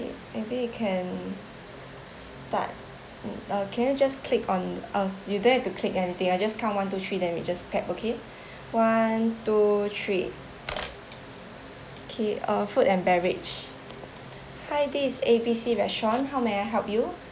maybe you can start mm uh can you just click on uh you don't have to click anything I just count one two three then we just tap okay one two three okay uh food and beverage hi this is A_B_C restaurant how may I help you